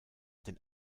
den